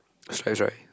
stress right